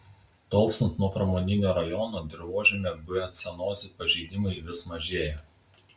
tolstant nuo pramoninio rajono dirvožemio biocenozių pažeidimai vis mažėja